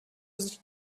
sich